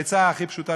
העצה הכי פשוטה,